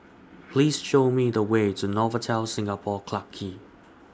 Please Show Me The Way to Novotel Singapore Clarke Quay